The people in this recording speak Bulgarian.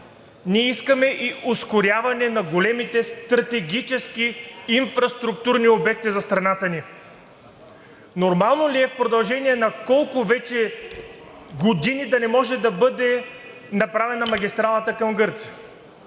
ние искаме и ускоряване на големите, стратегически инфраструктурни обекти за страната ни! Нормално ли е в продължение на колко вече години да не може да бъде направена магистралата към Гърция?!